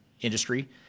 industry